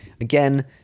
again